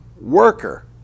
worker